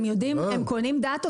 הם קונים דאטה,